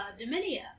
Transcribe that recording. Dominia